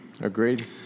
agreed